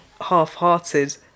half-hearted